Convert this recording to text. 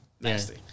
Nasty